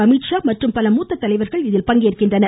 அமித்ஷா மற்றும் பல மூத்த தலைவர்கள் இதில் பங்கேற்க உள்ளனர்